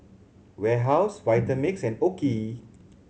Warehouse Vitamix and OKI